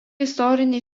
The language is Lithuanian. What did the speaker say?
istoriniai